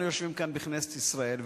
אנחנו יושבים כאן בכנסת ישראל,